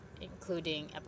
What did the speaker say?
including